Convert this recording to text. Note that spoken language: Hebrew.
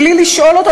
בלי לשאול אותו,